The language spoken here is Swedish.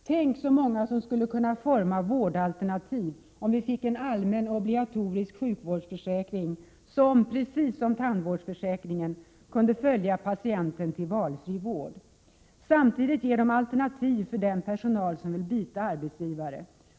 Tänk så många som skulle kunna forma vårdalternativ om vi fick en allmän obligatorisk sjukvårdsförsäkring som — precis som tandvårdsförsäkringen — kunde följa patienten till valfri vård! Samtidigt ger detta alternativ för den personal som vill byta arbetsgivare.